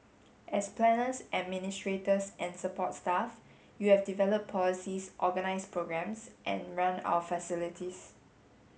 as planners administrators and support staff you have developed policies organised programmes and run our facilities